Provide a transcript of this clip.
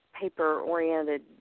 paper-oriented